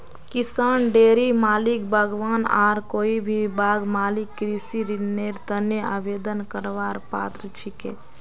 किसान, डेयरी मालिक, बागवान आर कोई भी बाग मालिक कृषि ऋनेर तने आवेदन करवार पात्र छिके